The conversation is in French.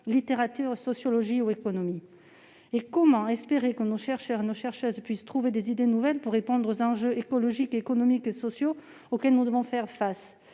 littérature, en sociologie ou en économie. En outre, comment espérer que nos chercheurs puissent trouver des idées nouvelles pour répondre aux enjeux écologiques, économiques et sociaux auxquels nous devons faire face ?